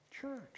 church